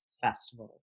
Festival